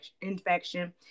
infection